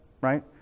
right